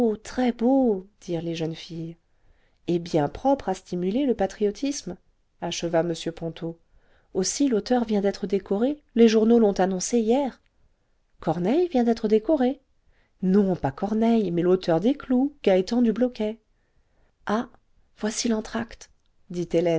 très beau dirent les jeunes filles et bien propre à stimuler le patriotisme acheva m ponto aussi l'auteur vient d'être décoré les journaux l'ont annoncé hier corneille vient d'être décoré non pas corneille mais l'auteur des clous gaétan dubloquet ah voici l'entr'acte